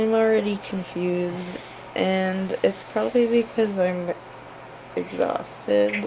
um already confused and it's probably because i'm exhausted,